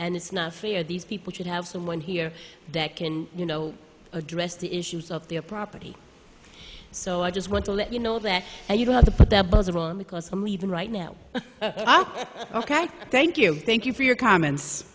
and it's not fair these people should have someone here that can you know address the issues of their property so i just want to let you know that you have to put the buzzer on because i'm leaving right now ok thank you thank you for your comments